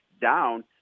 down